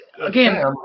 again